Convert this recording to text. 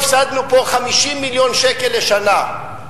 הפסדנו פה 50 מיליון שקל לשנה.